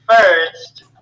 first